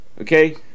okay